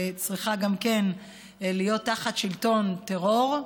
שצריכה גם להיות תחת שלטון טרור,